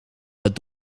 het